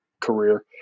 career